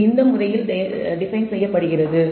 இது இந்த முறையில் டிபைன் செய்யப்படுகிறது